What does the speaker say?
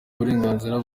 uburenganzira